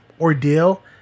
ordeal